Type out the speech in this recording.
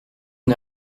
est